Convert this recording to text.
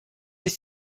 sich